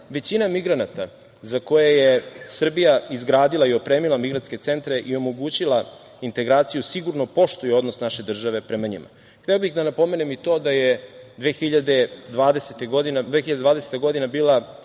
većina migranata za koje je Srbija izgradila i opremila migrantske centre i omogućila integraciju sigurno poštuju odnos naše države prema njima. Hteo bih da napomenem i to da je 2020. godina bila